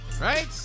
Right